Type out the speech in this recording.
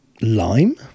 Lime